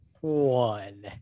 one